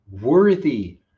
worthy